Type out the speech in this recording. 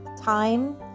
time